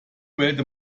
wählte